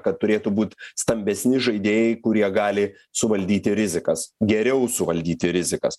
kad turėtų būt stambesni žaidėjai kurie gali suvaldyti rizikas geriau suvaldyti rizikas